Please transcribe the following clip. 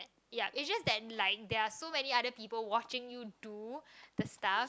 yup is just lying there are so many other people watching you do the stuff